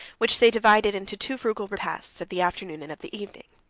which they divided into two frugal repasts, of the afternoon and of the evening.